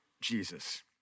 Jesus